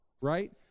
Right